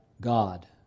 God